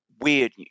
weird